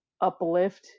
uplift